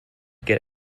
get